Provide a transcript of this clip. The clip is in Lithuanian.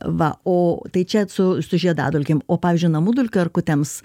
va o tai čia tu su su žiedadulkėm o pavyzdžiui namų dulkių erkutėms